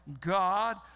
God